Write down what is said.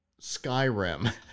Skyrim